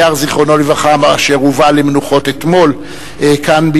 אשר הובא למנוחות אתמול כאן,